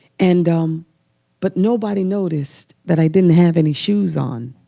and um but nobody noticed that i didn't have any shoes on.